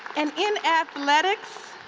and in athletics,